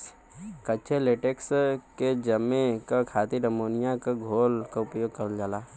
कच्चे लेटेक्स के जमे क खातिर अमोनिया क घोल क उपयोग करल जाला